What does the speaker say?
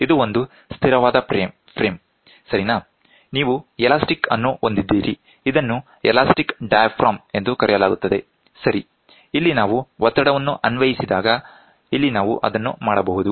ಇದು ಒಂದು ಸ್ಥಿರವಾದ ಫ್ರೇಮ್ ಸರಿನಾ ನೀವು ಎಲಾಸ್ಟಿಕ್ ಅನ್ನು ಹೊಂದಿದ್ದೀರಿ ಇದನ್ನು ಎಲಾಸ್ಟಿಕ್ ಡಯಾಫ್ರಾಮ್ ಎಂದು ಕರೆಯಲಾಗುತ್ತದೆ ಸರಿ ಇಲ್ಲಿ ನಾವು ಒತ್ತಡವನ್ನು ಅನ್ವಯಿಸಿದಾಗ ಇಲ್ಲಿ ನಾವು ಅದನ್ನು ಮಾಡಬಹುದು